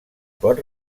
pot